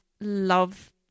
love